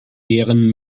deren